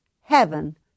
heaven